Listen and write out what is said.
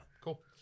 Cool